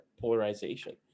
polarization